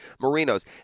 Marino's